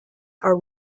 are